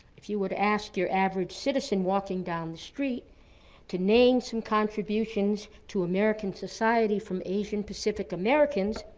if you were to ask your average citizen walking down the street to name some contributions to american society from asian-pacific americans,